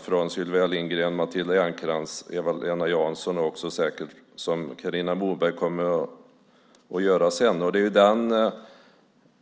- Sylvia Lindgren, Matilda Ernkrans, Eva-Lena Jansson och säkert Carina Moberg sedan - har lagt bostadspolitiken på.